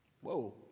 Whoa